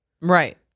Right